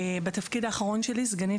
בתפקיד האחרון שלי אני סגנית